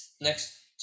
Next